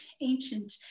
ancient